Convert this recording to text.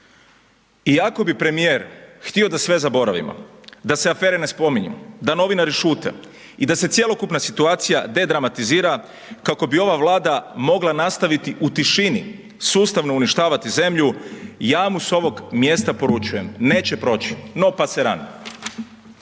Iako bi premijer htio da sve zaboravimo, da se afere ne spominju, da novinari šute i da se cjelokupna situacija dedramatizira kako bi ova Vlada mogla nastaviti u tišini sustavno uništavati zemlju, ja mu s ovog mjesta poručujem, neće proći, no paseran.